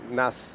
nas